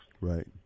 Right